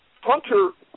Hunter